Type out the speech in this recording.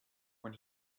when